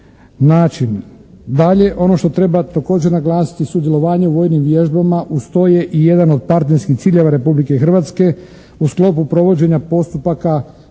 način. Dalje, ono što treba također naglasiti sudjelovanje u vojnim vježbama uz to je i jedan od partnerskih ciljeva Republike Hrvatske u sklopu provođenja postupaka